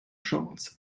shorts